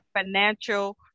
financial